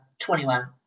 21